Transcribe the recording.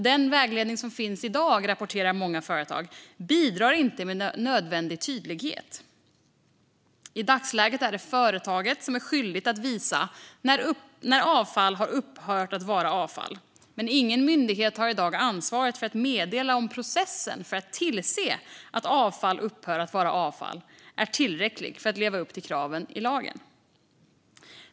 Den vägledning som finns i dag bidrar inte med nödvändig tydlighet, rapporterar många företag. I dagsläget är det företaget som är skyldigt att visa när avfall har upphört att vara avfall. Men ingen myndighet har i dag ansvaret att meddela om processen för att tillse att avfall upphör att vara avfall är tillräcklig för att leva upp till kraven i lagen.